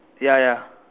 ya ya